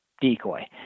decoy